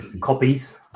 copies